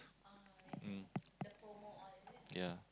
um yeah